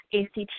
ACT